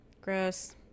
gross